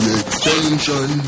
extension